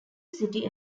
city